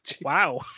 Wow